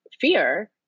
fear